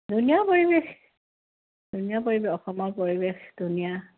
ধুনীয়া পৰিৱেশ ধুনীয়া পৰিৱেশ অসমৰ পৰিৱেশ ধুনীয়া